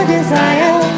Desire